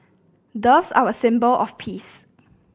doves are a symbol of peace